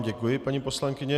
Děkuji vám, paní poslankyně.